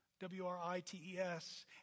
W-R-I-T-E-S